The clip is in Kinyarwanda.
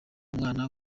mwana